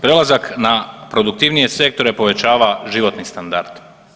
Prelazak na produktivnije sektore povećava životni standard.